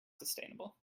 sustainable